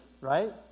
right